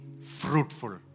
fruitful